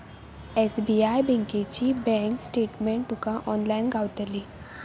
SBI बँकेची bank statement तुका online गावतली